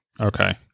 Okay